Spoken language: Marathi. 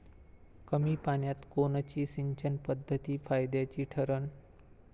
कमी पान्यात कोनची सिंचन पद्धत फायद्याची ठरन?